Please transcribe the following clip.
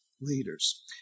leaders